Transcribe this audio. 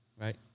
right